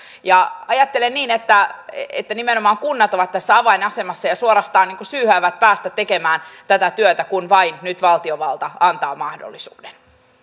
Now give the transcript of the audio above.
ajattelen niin että että nimenomaan kunnat ovat tässä avainasemassa ja suorastaan syyhyävät päästä tekemään tätä työtä kun vain nyt valtiovalta antaa mahdollisuuden